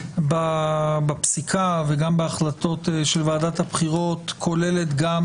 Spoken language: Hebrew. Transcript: בפסיקה וגם בהחלטות של ועדת הבחירות כוללת גם